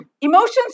Emotions